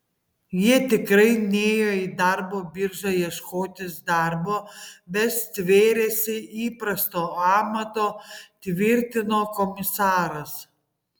jie tikrai nėjo į darbo biržą ieškotis darbo bet stvėrėsi įprasto amato tvirtino komisaras